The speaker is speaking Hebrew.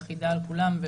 תהיה אחידה על כולם.